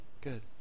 good